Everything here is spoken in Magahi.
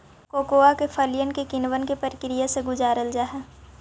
कोकोआ के फलियन के किण्वन के प्रक्रिया से गुजारल जा हई